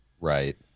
Right